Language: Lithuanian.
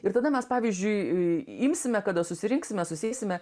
ir tada mes pavyzdžiui imsime kada susirinksime susėsime